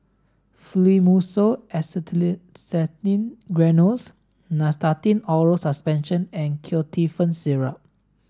Fluimucil Acetylcysteine Granules Nystatin Oral Suspension and Ketotifen Syrup